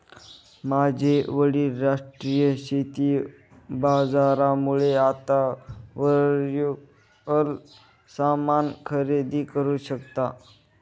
माझे वडील राष्ट्रीय शेती बाजारामुळे आता वर्च्युअल सामान खरेदी करू शकता